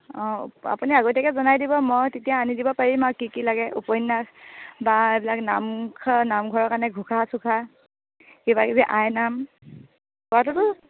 অঁ আপুনি আগতীয়াকৈ জনাই দিব মই তেতিয়া আনি দিব পাৰিম আৰু কি কি লাগে উপন্যাস বা এইবিলাক নামঘোষা নামঘৰৰ কাৰণে ঘোষা চোখা কিবাকিবি আইনাম কোৱাটোতো